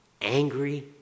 angry